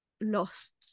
lost